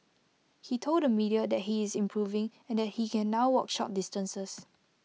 he told the media that he is improving and that he can now walk short distances